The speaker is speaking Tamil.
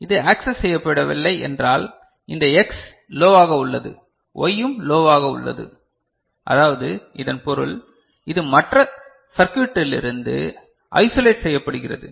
இது ஆக்செஸ் செய்யப்படவில்லை என்றால் இந்த எக்ஸ் லோவாக உள்ளது Y யும் லோவாக உள்ளது அதாவது இதன் பொருள் இது மற்ற சர்க்யுட்டிலிருந்து ஐசொலேட் செய்யப்பட்டுள்ளது